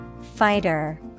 Fighter